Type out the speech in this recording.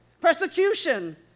persecution